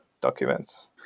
documents